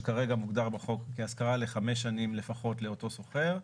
שכרגע מוגדר בחוק כהשכרה לחמש שנים לפחות לאותו שוכר,